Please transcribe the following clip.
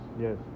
Yes